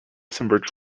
tennis